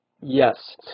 yes